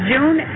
June